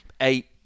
eight